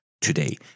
today